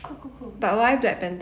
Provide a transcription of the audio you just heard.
cool cool cool